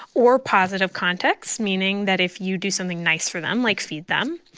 or positive contexts, meaning that if you do something nice for them, like feed them.